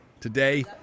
today